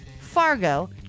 Fargo